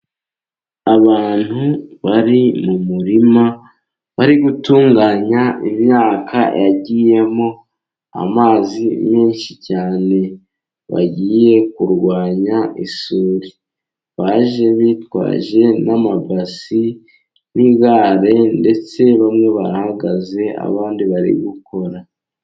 Abantu bari mu murima bari gutunganya imyaka yagiyemo amazi menshi cyane, bagiye kurwanya isuri. Baje bitwaje n'amabase n'igare, ndetse bamwe barahagaze abandi bari gukora.